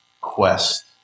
quest